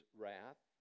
wrath